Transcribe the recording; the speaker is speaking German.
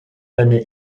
eine